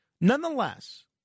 Nonetheless